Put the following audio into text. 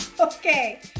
Okay